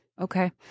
Okay